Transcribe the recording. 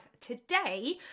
Today